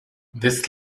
this